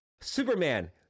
Superman